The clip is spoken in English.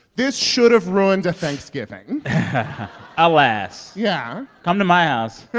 this should have ruined a thanksgiving alas yeah come to my ah house